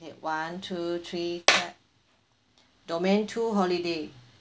okay one two three clap domain two holiday